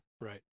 right